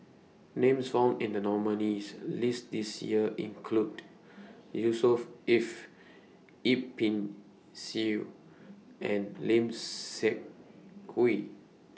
Names found in The nominees' list This Year include Yusnor Ef Yip Pin Xiu and Lim Seok Hui